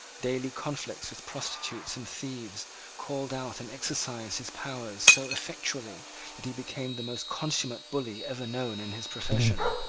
daily conflicts with prostitutes and thieves called out and exercised his powers so effectually that he became the most consummate bully ever known in his profession.